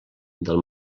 del